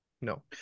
No